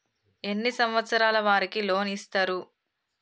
ఎన్ని సంవత్సరాల వారికి లోన్ ఇస్తరు?